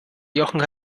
jochen